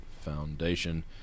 Foundation